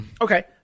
okay